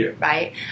right